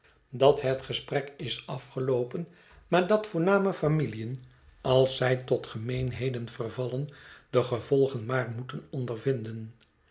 dat het gesprek het verlaten huis is afgeloopen maar dat voorname familiën als zij tot gemeenheden vervallen de gevolgen maar moeten ondervinden